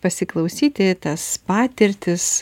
pasiklausyti tas patirtis